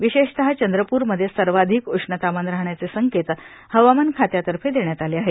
विशेषतः चंद्रपूरमध्ये सर्वाधिक उष्णतामान राहण्याचे संकेत हवामान खात्यातर्फे देण्यात आले आहेत